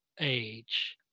age